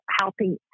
helping